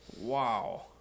Wow